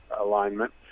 alignment